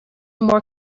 more